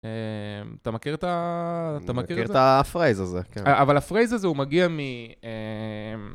אתה מכיר את הפרייז הזה? אבל הפרייז הזה הוא מגיע מ...